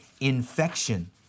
infection